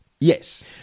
Yes